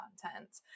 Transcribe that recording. content